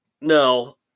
No